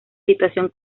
situación